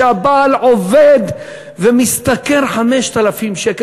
שהבעל עובד ומשתכר 5,000 שקל.